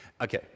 Okay